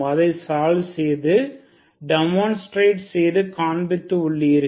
அதைச் சால்வ் செய்து டெமோன்ஸ்ட்ரேட் செய்து காண்பித்து உள்ளீர்கள்